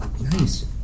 Nice